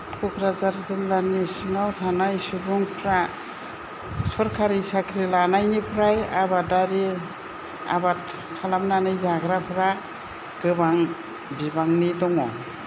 क'क्राझार जिल्लानि सिङाव थानाय सुबुंफ्रा सरखारि साख्रि लानायनिफ्राय आबादारि आबाद खालामनानै जाग्राफ्रा गोबां बिबांनि दङ